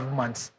months